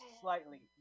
slightly